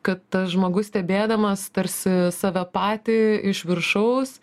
kad tas žmogus stebėdamas tarsi save patį iš viršaus